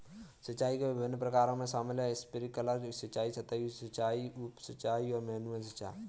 सिंचाई के विभिन्न प्रकारों में शामिल है स्प्रिंकलर सिंचाई, सतही सिंचाई, उप सिंचाई और मैनुअल सिंचाई